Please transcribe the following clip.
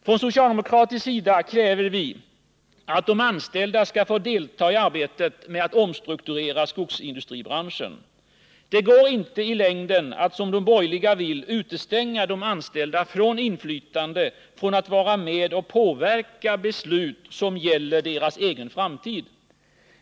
Från socialdemokratisk sida kräver vi att de anställda skall få delta i arbetet med att omstrukturera skogsindustribranschen. Det går inte i längden att, som de borgerliga vill, utestänga de anställda från inflytande, från att vara med och påverka beslut som gäller deras egen framtid.